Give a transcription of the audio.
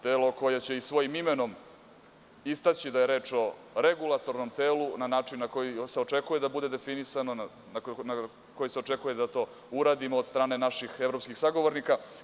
Telo koje će svojim imenom istaći da je reč o regulatornom telu na način na koji se očekuje da bude definisano, da to uradimo od strane naših evropskih sagovornika.